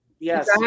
Yes